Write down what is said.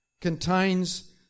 contains